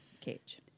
cage